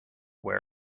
where